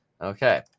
Okay